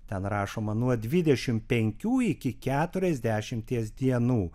ten rašoma nuo dvidešimt penkių iki keturiasdešimties dienų